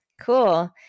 Cool